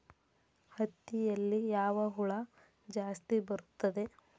ಹತ್ತಿಯಲ್ಲಿ ಯಾವ ಹುಳ ಜಾಸ್ತಿ ಬರುತ್ತದೆ?